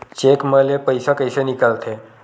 Cheque म ले पईसा कइसे निकलथे?